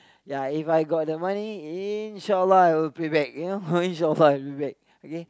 ya If I got the money in short while I will pay back in short while I will pay back okay